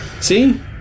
see